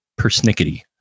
persnickety